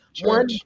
one